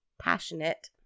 Passionate